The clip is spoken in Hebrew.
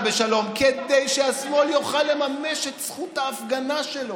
בשלום כדי שהשמאל יוכל לממש את זכות ההפגנה שלו.